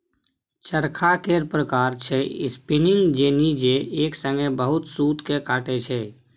चरखा केर प्रकार छै स्पीनिंग जेनी जे एक संगे बहुत सुत केँ काटय छै